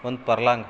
ಒಂದು ಪರ್ಲಾಂಗ್